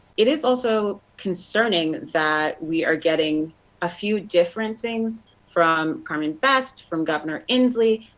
it is also concerning that we are getting a few different things from carmen best, from governor inslee,